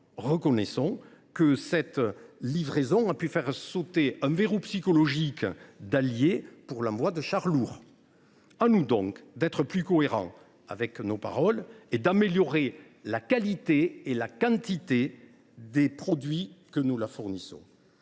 reconnaissons que cette livraison a pu faire sauter un verrou psychologique, chez certains alliés, pour ce qui est de l’envoi de chars lourds. À nous, donc, d’être plus cohérents avec nos paroles et d’améliorer la qualité et la quantité des produits que nous fournissons.